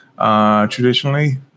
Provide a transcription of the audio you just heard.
traditionally